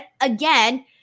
again